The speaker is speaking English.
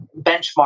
benchmark